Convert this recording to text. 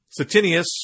Satinius